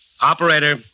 Operator